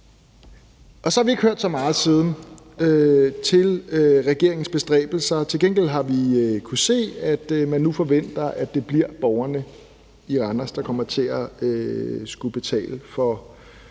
Og så har vi ikke hørt så meget siden til regeringens bestræbelser. Til gengæld har vi kunnet se, at man nu forventer, at det bliver borgerne i Randers, der kommer til at skulle betale for